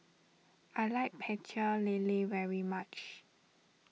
I like Pecel Lele very much